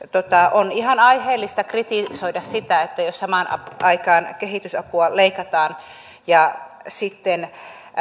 on ihan aiheellista kritisoida sitä jos samaan aikaan kehitysapua leikataan ja sitten